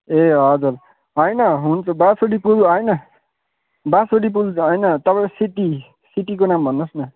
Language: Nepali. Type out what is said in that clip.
ए हजुर होइन हुन्छ बाँसुरी पुल होइन बासुँरी पुल होइन तपाईँको सिटी सिटीकोको नाम भन्नुहोस् न